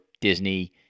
Disney